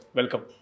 Welcome